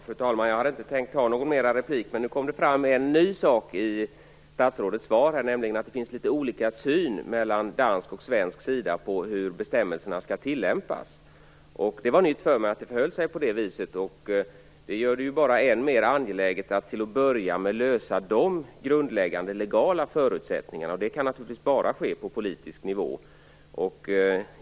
Fru talman! Jag hade inte tänkt ta någon mer replik. Men nu kom det fram något nytt i statsrådets svar, nämligen att det finns litet olika syn från dansk och svensk sida på hur bestämmelserna skall tillämpas. Det var nytt för mig, och det gör det bara än mer angeläget att börja med att lösa de grundläggande legala förutsättningarna. Det kan naturligtvis bara ske på politisk nivå.